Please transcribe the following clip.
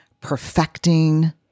perfecting